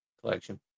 Collection